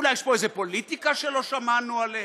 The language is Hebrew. אולי יש פה פוליטיקה שלא שמענו עליה.